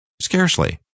Scarcely